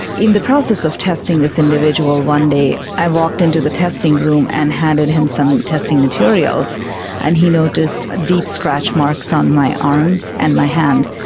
in the process of testing this individual one day i walked in to the testing room and handed him some testing materials and he noticed deep scratch on my arms and my hand.